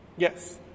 Yes